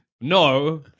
No